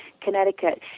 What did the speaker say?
Connecticut